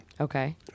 Okay